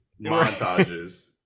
montages